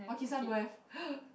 Makisan don't have